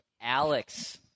Alex